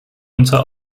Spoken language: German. unser